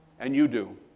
and you do.